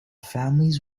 families